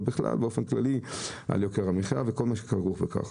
ובכלל באופן כללי על יוקר המחייה וכל מה שכרוך בכך.